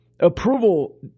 Approval